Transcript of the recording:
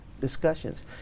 discussions